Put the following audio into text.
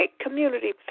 community